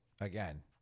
again